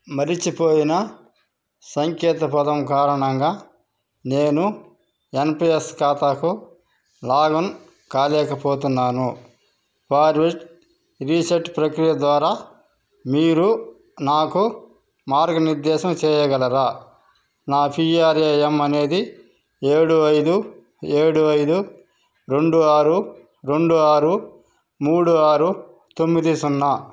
మరచిపోయిన సంకేతపదం కారణంగా నేను ఎన్పిఎస్ ఖాతాకు లాగిన్ కాలేకపోతున్నాను ఫారుట్ రీసెట్ ప్రక్రియ ద్వారా మీరు నాకు మార్గనిర్దేశం చేయగలరా నా పీఆర్ఏఎన్ అనేది ఏడు ఐదు ఏడు ఐదు రెండు ఆరు రెండు ఆరు మూడు ఆరు తొమ్మిది సున్నా